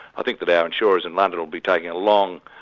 i think that our insurers in london will be taking a long,